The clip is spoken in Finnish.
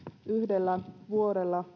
yhdellä vuodella